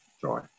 joy